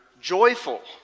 joyful